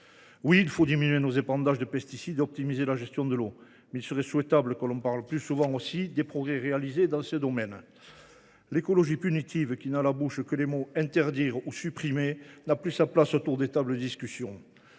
Oui, il faut diminuer nos épandages de pesticides et optimiser la gestion de l’eau, mais il serait souhaitable que l’on parle plus souvent des progrès réalisés dans ces domaines. L’écologie punitive, qui n’a à la bouche que les mots « interdire » ou « supprimer », n’a plus sa place autour des tables de discussions.